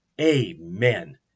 Amen